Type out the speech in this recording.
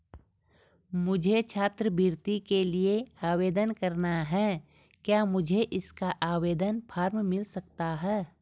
मुझे छात्रवृत्ति के लिए आवेदन करना है क्या मुझे इसका आवेदन फॉर्म मिल सकता है?